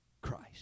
Christ